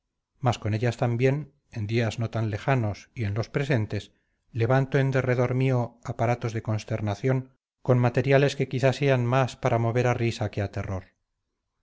mas con ellas también en días no tan lejanos y en los presentes levanto en derredor mío aparatos de consternación con materiales que quizás sean más para mover a risa que a terror